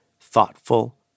thoughtful